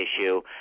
issue